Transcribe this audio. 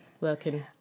working